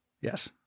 Yes